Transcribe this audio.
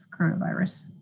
coronavirus